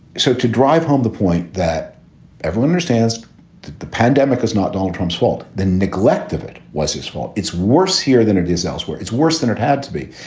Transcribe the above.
so to drive home the point that everyone understands the pandemic is not donald trump's fault. the neglect of it was his fault. it's worse here than it is elsewhere. it's worse than it had to be,